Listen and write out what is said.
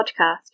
podcast